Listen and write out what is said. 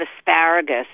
asparagus